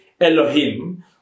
Elohim